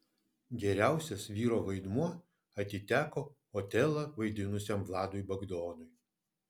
geriausias vyro vaidmuo atiteko otelą vaidinusiam vladui bagdonui